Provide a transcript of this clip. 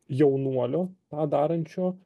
jaunuolio tą darančio